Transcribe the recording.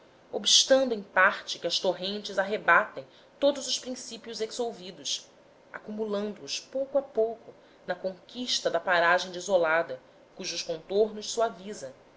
obstando em parte que as torrentes arrebatem todos os princípios exsolvidos acumulando os pouco a pouco na conquista da paragem desolada cujos contornos suaviza